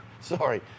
Sorry